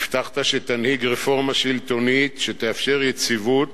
הבטחת שתנהיג רפורמה שלטונית שתאפשר יציבות